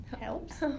Helps